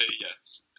Yes